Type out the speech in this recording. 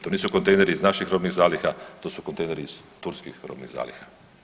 To nisu kontejneri iz naših robnih zaliha, to su kontejneri iz turskih robnih zaliha.